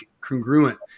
congruent